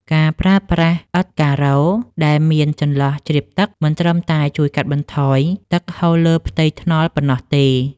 ការប្រើប្រាស់ឥដ្ឋការ៉ូដែលមានចន្លោះជ្រាបទឹក មិនត្រឹមតែជួយកាត់បន្ថយទឹកហូរលើផ្ទៃថ្នល់ប៉ុណ្ណោះទេ។